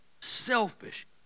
Selfish